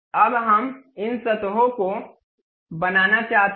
अब हम इन सतहों को बनाना चाहते हैं